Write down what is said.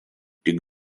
tik